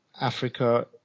Africa